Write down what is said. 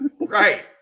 Right